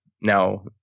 now